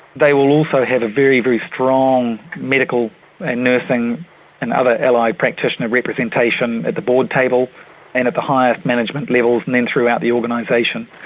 they will also have a very, very strong medical and nursing and other allied practitioner representation at the board table and at the highest management levels and then throughout the organisation.